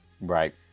Right